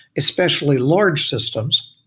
especially large systems.